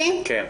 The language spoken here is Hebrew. תודה.